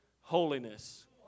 holiness